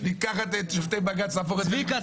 לקחת את שופטי בג"ץ ולהפוך --- צביקה,